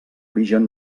origen